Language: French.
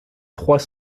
trois